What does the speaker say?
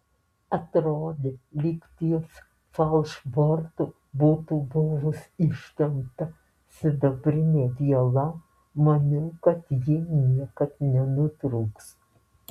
atrodė lyg ties falšbortu būtų buvus ištempta sidabrinė viela maniau kad ji niekad nenutrūks